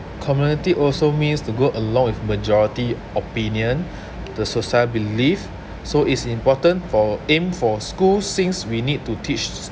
community also means to go along with majority opinion the society believe so it's important for aim for schools since we need to teach